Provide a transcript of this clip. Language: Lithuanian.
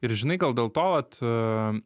ir žinai gal dėl to vat